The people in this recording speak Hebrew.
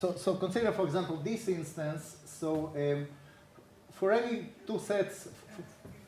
so consider for example, this instance. So, for any two sets